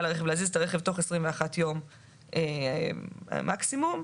הרכב להזיז את הרכב תוך 21 ימים לכל היותר,